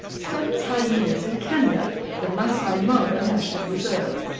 studies hyenas in kenya at the masai mara national reserve.